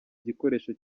gikoresho